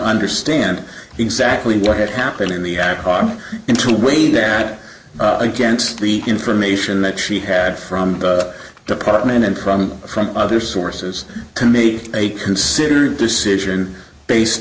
understand exactly what had happened in the arab army and to weigh that against the information that she had from the department and from from others sources tell me a considered decision based